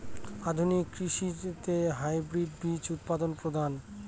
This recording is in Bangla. আধুনিক কৃষিতে হাইব্রিড বীজ উৎপাদন প্রধান